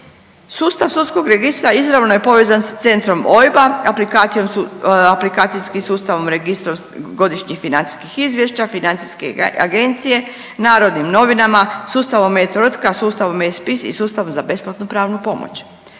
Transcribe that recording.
Sustav sudskog registra izravno je povezan s centrom OIB-a, aplikacijom su, aplikacijskim sustavom registara godišnjih financijskih izvješća FINA-e, Narodnim Novinama, sustavom e-tvrtka, sustavom e-spis i sustavom za besplatnu pravnu pomoć.